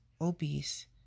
obese